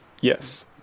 Yes